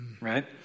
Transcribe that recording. right